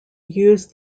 use